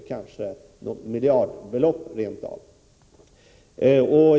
Det kanske rent av rör sig om miljardbelopp.